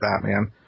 Batman